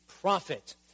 prophet